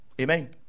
Amen